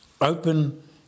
open